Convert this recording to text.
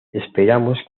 esperamos